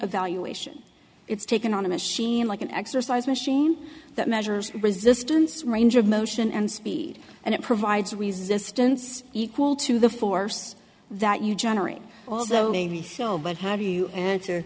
evaluation it's taken on a machine like an exercise machine that measures resistance range of motion and speed and it provides resistance equal to the force that you generate although maybe so but how do you a